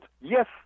yes